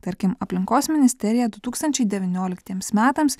tarkim aplinkos ministerija du tūkstančiai devynioliktiems metams